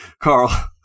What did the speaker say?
Carl